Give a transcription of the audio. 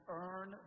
earn